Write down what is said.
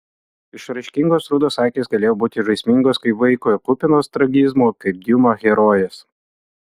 išraiškingos rudos akys galėjo būti žaismingos kaip vaiko ir kupinos tragizmo kaip diuma herojės